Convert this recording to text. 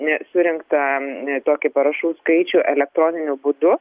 surinktą tokį parašų skaičių elektroniniu būdu